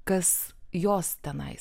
kas jos tenais